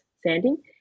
sanding